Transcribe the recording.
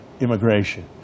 immigration